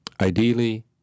Ideally